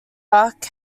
ark